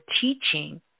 teaching